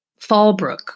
Fallbrook